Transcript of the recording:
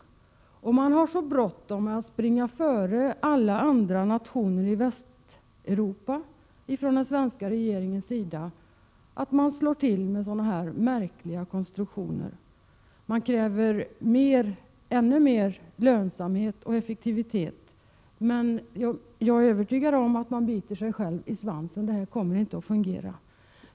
Och den svenska regeringen har så bråttom att springa före regeringarna i alla andra nationer i Västeuropa att man slår till med sådana här märkliga konstruktioner. Man kräver ännu mer lönsamhet och effektivitet. Men jag är övertygad om att man biter sig själv i svansen — det här kommer inte att fungera.